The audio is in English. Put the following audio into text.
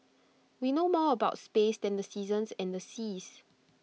we know more about space than the seasons and the seas